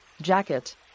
jacket